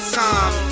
time